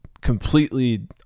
Completely